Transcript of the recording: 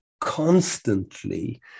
constantly